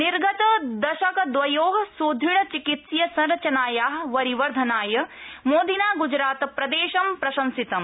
निर्गतदशकद्वयो सुदृढ़ चिकित्सीय संरचनाया वरिवर्धनाय मोदिना ग्जरातप्रदेशं प्रशंसितम्